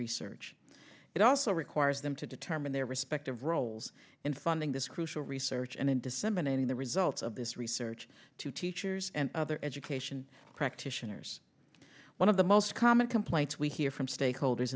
research it also requires them to determine their respective roles in funding this crucial research and in december naming the results of this research to teachers and other education practitioners one of the most common complaints we hear from stakeholders